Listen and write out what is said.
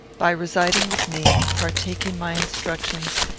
by residing with me, partaking my instructions,